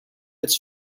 its